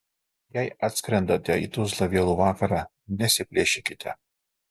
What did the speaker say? jei atskrendate į tuzlą vėlų vakarą nesiplėšykite